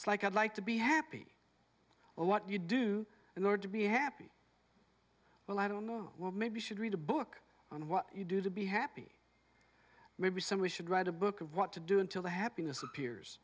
it's like i'd like to be happy or what you do in order to be happy well i don't know maybe should read a book on what you do to be happy maybe some we should write a book of what to do until the happiness appears